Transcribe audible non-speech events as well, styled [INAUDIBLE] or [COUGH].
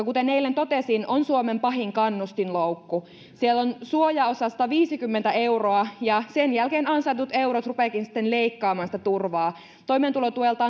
[UNINTELLIGIBLE] kuten eilen totesin suomen pahin kannustinloukku siellä on suojaosa sataviisikymmentä euroa ja sen jälkeen ansaitut eurot rupeavatkin sitten leikkaamaan sitä turvaa toimeentulotuelta [UNINTELLIGIBLE]